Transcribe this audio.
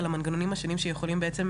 על המנגנונים השונים שיכולים בעצם,